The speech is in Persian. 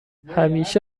همیشه